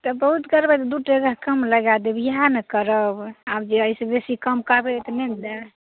तऽ बहुत करबै तऽ दू टका कम लगा देब इएह ने करब आब जे एहिसँ बेसी कम करबै तऽ नहि ने होयतै